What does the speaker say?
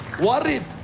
worried